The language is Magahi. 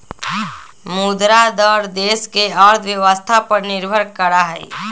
मुद्रा दर देश के अर्थव्यवस्था पर निर्भर करा हई